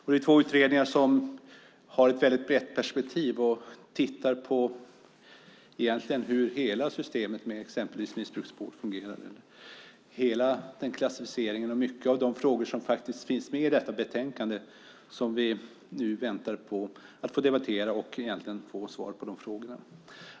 Det är två utredningar som har ett brett perspektiv och som tittar på hur hela systemet med exempelvis missbrukarvård fungerar och hela klassificeringen. De tittar på många av de frågor som finns med i betänkandet och som vi väntar på att få debattera och få svar på.